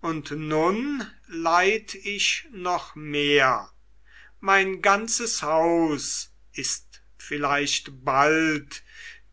und nun leid ich noch mehr mein ganzes haus ist vielleicht bald